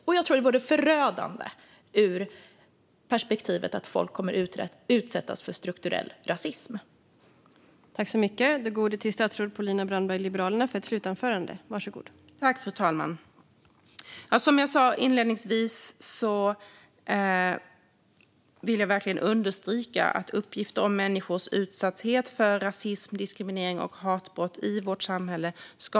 Jag tror att detta vore förödande ur perspektivet att folk kommer att utsättas för strukturell rasism.